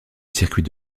circuit